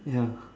ya